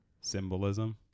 Symbolism